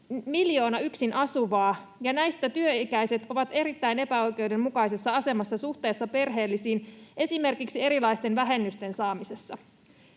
miljoona yksin asuvaa, ja näistä työikäiset ovat erittäin epäoikeudenmukaisessa asemassa suhteessa perheellisiin esimerkiksi erilaisten vähennysten saamisessa.